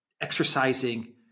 exercising